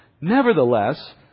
Nevertheless